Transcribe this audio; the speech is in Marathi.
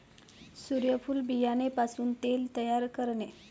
सूर्यफूल बियाणे पासून तेल तयार करणे